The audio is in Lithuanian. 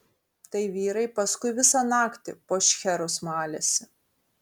tai vyrai paskui visą naktį po šcherus malėsi